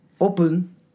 open